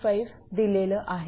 85 दिलेलं आहे